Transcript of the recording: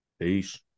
Peace